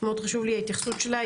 מאוד חשובה לי ההתייחסות שלה,